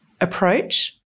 approach